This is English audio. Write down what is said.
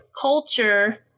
culture